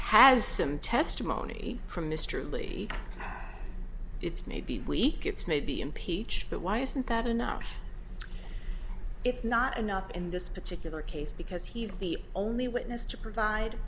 has some testimony from mr lee it's may be weak it's may be impeached but why isn't that enough it's not enough in this particular case because he's the only witness to provide